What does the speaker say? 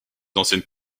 anciennes